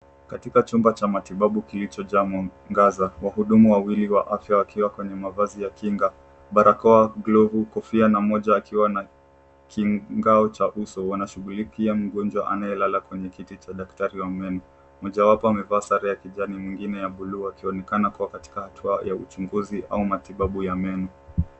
Katika chumba cha matibabu kilichojaa mwangaza. Wahudumu wawili wa afya wakiwa kwenye mavazi ya kinga barakoa, glovu, kofia na mmoja akiwa na kiini ngao cha uso wanashughulikia mgonjwa anayelala kwenye kiti cha daktari wa meno . Mojawapo amevaa sare ya kijani mwingine ya buluu wakionekana kuwa katika hatua ya uchunguzi au matibabu ya meno.